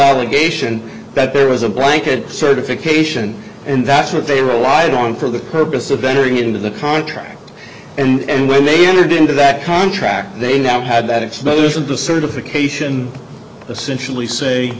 obligation that there was a blanket certification and that's what they relied on for the purpose of entering into the contract and when they entered into that contract they now had that exposure of the certification essentially say